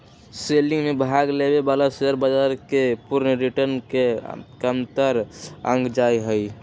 selling में भाग लेवे वाला शेयर बाजार के पूर्ण रिटर्न के कमतर आंका जा हई